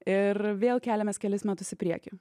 ir vėl keliamės kelis metus į priekį